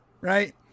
Right